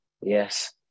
Yes